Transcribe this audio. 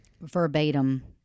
verbatim